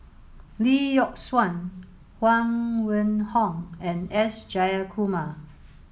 Lee Yock Suan Huang Wenhong and S Jayakumar